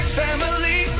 family